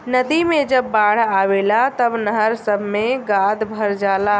नदी मे जब बाढ़ आवेला तब नहर सभ मे गाद भर जाला